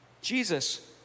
Jesus